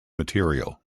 material